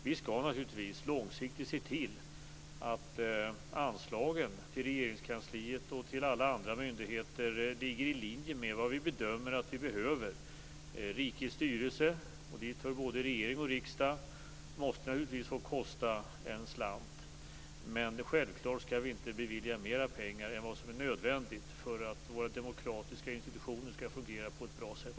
Vi skall naturligtvis långsiktigt se till att anslagen till Regeringskansliet och till alla andra myndigheter ligger i linje med vad vi bedömer att vi behöver. Rikets styrelse, och dit hör både regering och riksdag, måste naturligtvis få kosta en slant, men självklart skall vi inte bevilja mera pengar än vad som är nödvändigt för att våra demokratiska institutioner skall fungera på ett bra sätt.